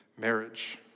marriage